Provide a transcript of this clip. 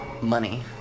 money